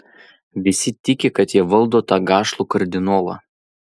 visi tiki kad jie valdo tą gašlų kardinolą